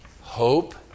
Hope